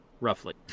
roughly